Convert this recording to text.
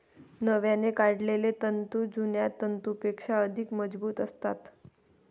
नव्याने काढलेले तंतू जुन्या तंतूंपेक्षा अधिक मजबूत असतात